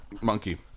monkey